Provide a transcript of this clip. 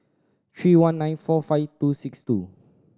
three one nine four five two six two